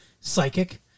psychic